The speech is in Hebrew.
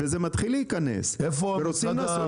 זה מתחיל להיכנס ורוצים לעשות